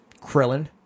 Krillin